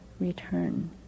return